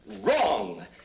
Wrong